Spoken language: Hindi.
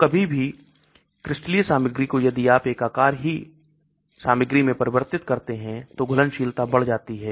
तो किसी भी क्रिस्टलीय सामग्री को यदि आप एक आकार ही सामग्री में परिवर्तित करते हैं तो घुलनशीलता बढ़ जाती है